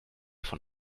von